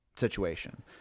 situation